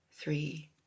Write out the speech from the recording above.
three